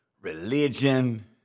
religion